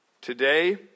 today